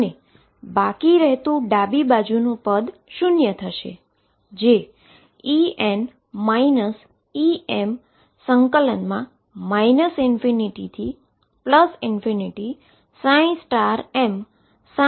અને બાકી રહેતુ ડાબી બાજુનુ પદ શુન્ય થશે જે ∞mndx ની બરાબર છે